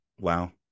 wow